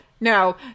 no